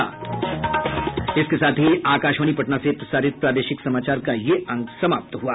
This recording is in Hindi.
इसके साथ ही आकाशवाणी पटना से प्रसारित प्रादेशिक समाचार का ये अंक समाप्त हुआ